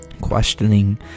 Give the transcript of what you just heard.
Questioning